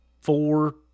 four